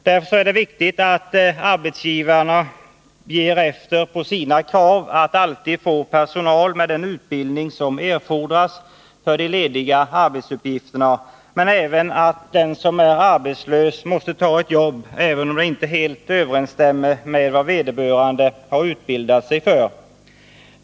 Därför är det viktigt att arbetsgivarna ger efter på = 15 december 1980 sina krav att alltid få personal med den utbildning som erfordras för de lediga arbetsuppgifterna, men även att den som är arbetslös måste ta ett jobb, även om det inte helt överensstämmer med vad vederbörande har utbildat sig för.